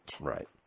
Right